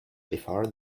before